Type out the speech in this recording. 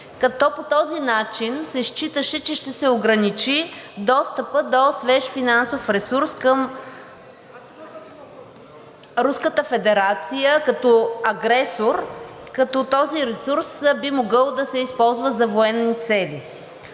като по този начин се считаше, че ще се ограничи достъпът до свеж финансов ресурс към Руската федерация като агресор, като този ресурс би могъл да се използва за военни цели.